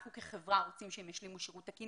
אנחנו כחברה רוצים שהם ישלימו שירות תקין